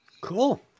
Cool